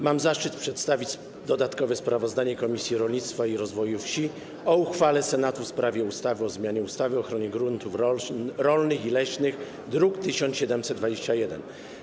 Mam zaszczyt przedstawić dodatkowe sprawozdanie Komisji Rolnictwa i Rozwoju Wsi o uchwale Senatu w sprawie ustawy o zmianie ustawy o ochronie gruntów rolnych i leśnych, druk nr 1721.